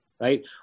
right